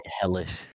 hellish